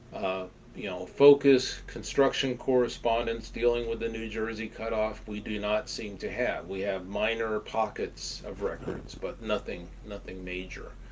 you know construction correspondence dealing with the new jersey cut-off we do not seem to have. we have minor pockets of records, but nothing nothing major.